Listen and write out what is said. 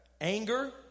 anger